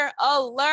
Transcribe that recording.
alert